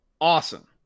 awesome